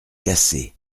cassée